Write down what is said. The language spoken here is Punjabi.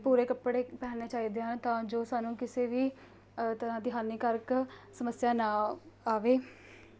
ਪੂਰੇ ਕੱਪੜੇ ਪਹਿਨਣੇ ਚਾਹੀਦੇ ਹਨ ਤਾਂ ਜੋ ਸਾਨੂੰ ਕਿਸੇ ਵੀ ਤਰ੍ਹਾਂ ਦੀ ਹਾਨੀਕਾਰਕ ਸਮੱਸਿਆ ਨਾ ਆਵੇ